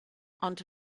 ond